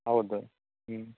ಹೌದು ಹ್ಞೂ